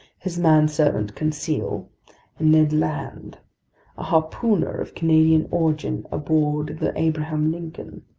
his manservant conseil, and ned land, a harpooner of canadian origin aboard the abraham lincoln,